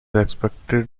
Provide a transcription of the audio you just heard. expected